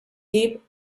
deep